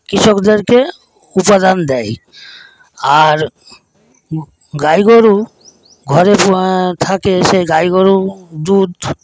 কৃষকদেরকে উপাদান দেয় আর গাইগরু ঘরে থাকে সে গাইগরু দুধ